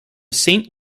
saint